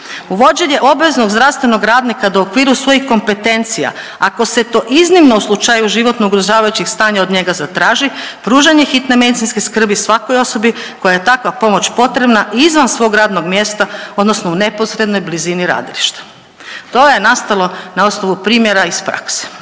Uvođenje obveznog zdravstvenog radnika da u okviru svojih kompetencija, ako se to iznimno u slučaju životno ugrožavajućih stanja od njega zatraži, pružanje hitne medicinske skrbi svakoj osobi kojoj je takva pomoć potrebna izvan svog radnog mjesta, odnosno u neposrednoj blizini radilišta. To je nastalo na odnosu primjera iz prakse.